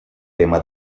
tema